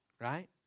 right